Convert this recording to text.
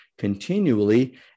continually